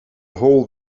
hole